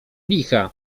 licha